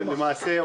למעשה,